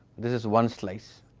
this is one slice.